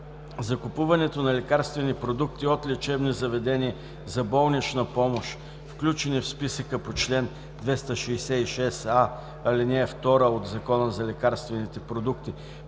закупуването на лекарствени продукти от лечебни заведения за болнична помощ, включени в списъка по чл. 266а, ал. 2 от Закона за лекарствените продукти